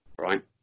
right